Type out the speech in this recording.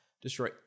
destroy